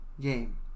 game